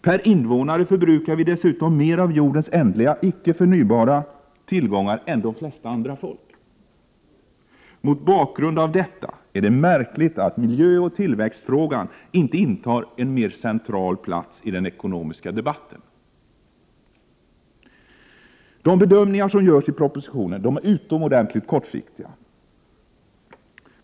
Per invånare förbrukar vi dessutom mer av jordens ändliga, icke förnybara, tillgångar än de flesta andra folk. Mot bakgrund av detta är det märkligt att miljöoch tillväxtfrågan inte intar en mer central plats i den ekonomiska debatten. De bedömningar som görs i propositionen är utomordentligt kortsiktiga.